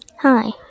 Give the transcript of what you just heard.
Hi